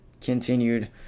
continued